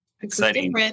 exciting